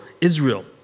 Israel